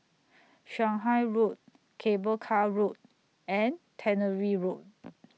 Shanghai Road Cable Car Road and Tannery Road